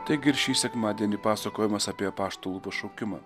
taigi ir šį sekmadienį pasakojimas apie apaštalų pašaukimą